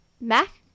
Mac